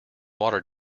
water